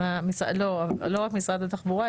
לא רק משרד התחבורה,